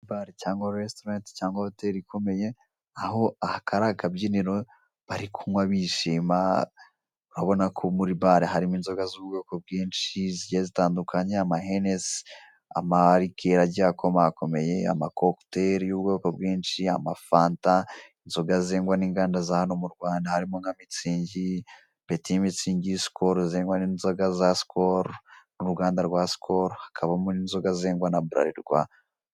Bare cyangwa resitorenti cyangwa hoteli ikomeye, aho aka ari akabyiniro bari kunywa bishima, urabona ko muri bare harimo inzoga z'ubwoko bwinshi zigiye zitandukanye, ama henesi, ama likeri agiye akomakomeye, amakokuteri y'ubwoko bwinshi, ama fanta, inzoga zengwa n'inganda za hano mu Rwanda, harimo nka mitsingi, peti mitsingi, sikolo zengwa n'inzoga za sikolo n'uruganda rwa sikolo, hakabamo n'inzoga zengwa na buralirwa.